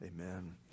Amen